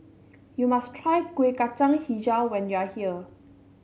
you must try Kueh Kacang hijau when you are here